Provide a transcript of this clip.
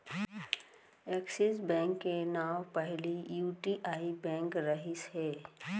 axis bank के नांव पहिली यूटीआई बेंक रहिस हे